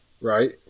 right